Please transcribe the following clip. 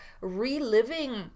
reliving